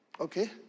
okay